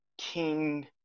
king